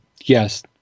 yes